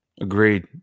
Agreed